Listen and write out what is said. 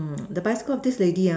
the bicycle of this lady ah